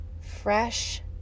fresh